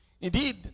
Indeed